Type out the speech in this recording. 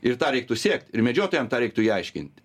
ir tą reiktų siekt ir medžiotojam tą reiktų įaiškint